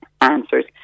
answers